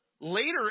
later